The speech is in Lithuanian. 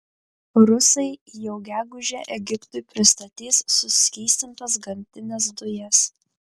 rusai jau gegužę egiptui pristatys suskystintas gamtines dujas